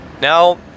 Now